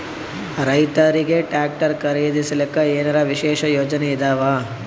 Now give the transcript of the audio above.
ರೈತರಿಗೆ ಟ್ರಾಕ್ಟರ್ ಖರೀದಿಸಲಿಕ್ಕ ಏನರ ವಿಶೇಷ ಯೋಜನೆ ಇದಾವ?